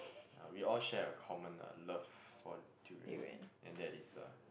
ya we all share a common uh love for durian and that is a